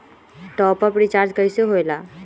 Top up recharge कइसे होएला?